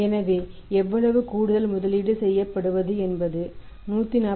எனவே எவ்வளவு கூடுதல் முதலீடு செய்யப்படுவது என்பது 144